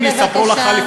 אני רק מנסה להבין.